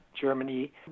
Germany